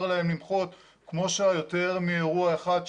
להם למחות כמו שהיה ביותר מאירוע אחד,